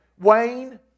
Wayne